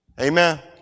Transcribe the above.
Amen